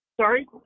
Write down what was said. Sorry